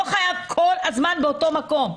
לא חייבים כל הזמן באותו מקום.